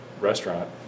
restaurant